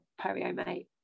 Periomate